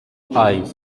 eyes